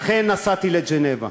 לכן נסעתי לז'נבה,